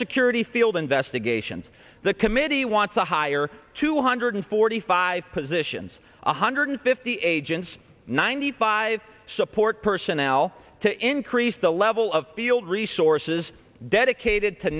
security field investigations the committee want to hire two hundred forty five positions one hundred fifty agents ninety five support personnel to increase the level of field resources dedicated to